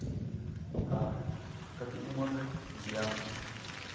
ᱟᱨ ᱠᱟᱹᱴᱤᱡ ᱩᱢᱟᱹᱨ ᱨᱮ ᱵᱮᱭᱟᱢ